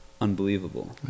unbelievable